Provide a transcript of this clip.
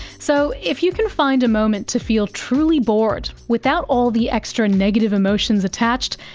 so if you can find a moment to feel truly bored without all the extra negative emotions attached,